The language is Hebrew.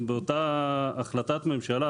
באותה החלטת ממשלה,